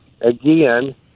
again